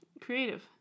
Creative